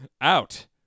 Out